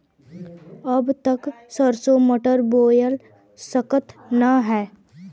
अब त सरसो मटर बोआय सकत ह न?